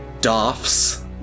doffs